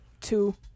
two